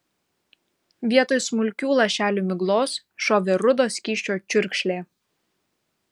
vietoj smulkių lašelių miglos šovė rudo skysčio čiurkšlė